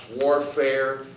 warfare